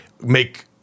make